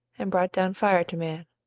and brought down fire to man.